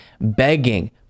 begging